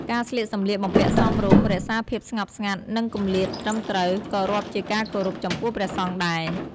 ការស្លៀកសំលៀកបំពាក់សមរម្យ រក្សាភាពស្ងប់ស្ងាត់ និងគម្លាតត្រឹមត្រូវ ក៏រាប់ជាការគោរពចំពោះព្រះសង្ឃដែរ។